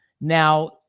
now